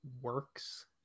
works